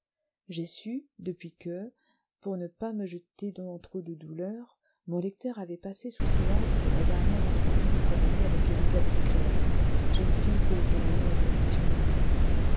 j'ai su depuis que pour ne pas me jeter dans trop de douleurs mon lecteur avait passé sous silence la dernière entrevue du condamné avec élisabeth clare jeune fille que le condamné aimait passionnément